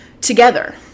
together